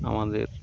আমাদের